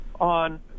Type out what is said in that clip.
on